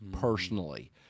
personally